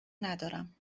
ندارم